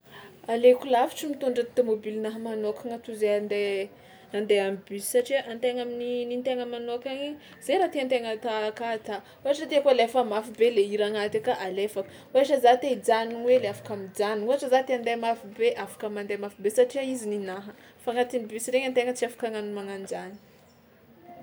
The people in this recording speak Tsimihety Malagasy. Aleoko lavitra mitondra tômôbilinahy manôkagna toy zay andeha andeha am'bus satria an-tegna amin'ny ny tegna manôkagna igny zay raha tian-tegna ata aka ata, ohatra tiako alefa mafy be le hira anaty aka alefako, ohatra za te hijanogno hely afaka mijano, ohatra za te andeha mafy be afaka mandeha mafy be satria izy ninaha fa agnatin'ny bus regny an-tegna tsy afaka hagnano mana an-jany.